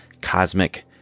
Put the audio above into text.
Cosmic